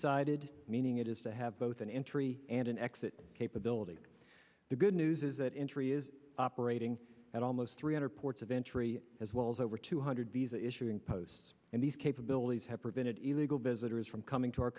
sided meaning it is to have both an entry and an exit capability the good news is that entry is operating at almost three hundred ports of entry as well as over two hundred visa issuing posts and these capabilities have prevented illegal visitors from coming to our